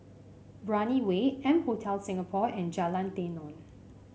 Brani Way M Hotel Singapore and Jalan Tenon